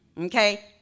Okay